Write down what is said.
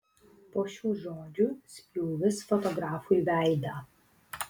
po šių žodžių spjūvis fotografui veidą